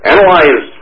Analyze